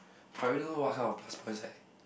I really don't know what kind of plus point I